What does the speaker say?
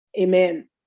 Amen